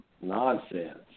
nonsense